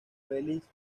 felix